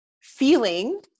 feeling